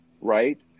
right